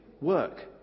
work